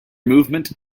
movement